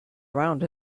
around